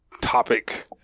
topic